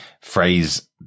phrase